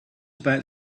about